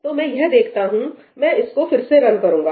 तो मैं है यह देखता हूं मैं इसको फिर से रन करूंगा